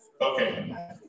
Okay